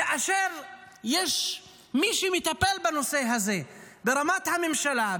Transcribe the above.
כאשר יש מי שמטפל בנושא הזה ברמת הממשלה,